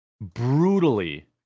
brutally